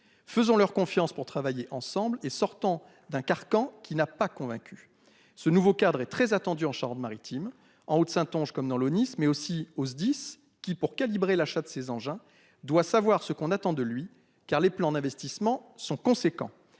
Faisons-leur confiance pour travailler ensemble et sortant d'un carcan qui n'a pas convaincu. Ce nouveau cadre est très attendu en Charente-Maritime en Haute Saintonge comme dans le Nice mais aussi au SDIS qui pour calibrer l'achat de ces engins doit savoir ce qu'on attend de lui car les plans d'investissements sont conséquents.